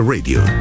Radio